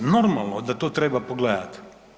Normalno da to treba pogledati.